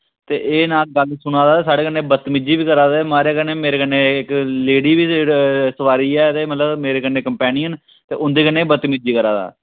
ते एह् ना गल्ल सुना दा साढ़े कन्नै बदतमीजी बी करा दा महाराज कन्नै मेरे कन्नै इक लेडी बी सोआरी ऐ ते मतलब मेरे कन्नै कम्पैनियन ते उं'दे कन्नै बी बदतमीजी करा दा